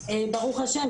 ברוך השם,